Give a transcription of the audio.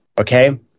okay